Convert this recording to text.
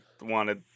wanted